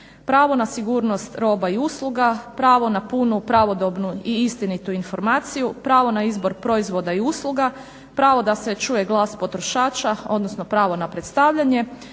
Pravo na sigurnost roba i usluga, pravo na punu pravodobnu i istinitu informaciju, pravo na izbor proizvoda i usluga, pravo da se čuje glas potrošača, odnosno pravo na predstavljanje,